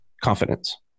confidence